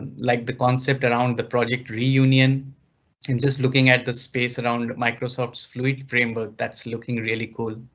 like the concept around the project reunion and just looking at the space around microsoft fluid framework that's looking really cool.